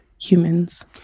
humans